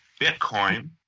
Bitcoin